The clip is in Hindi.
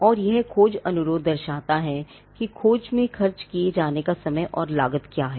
और यह खोज अनुरोध दर्शाता है कि खोज में खर्च किए जाने का समय और लागत क्या है